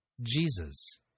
Jesus